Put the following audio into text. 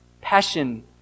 passion